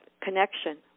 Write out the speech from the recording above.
connection